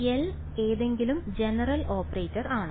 L ഏതെങ്കിലും general operator ആണ്